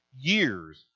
years